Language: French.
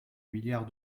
milliard